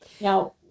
Now